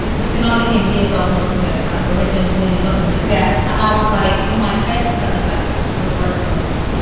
the the finale came years after, you know, i'm originally falling in love with him. yeah. and i was like in my head just kind of like i was right to love you